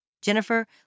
Jennifer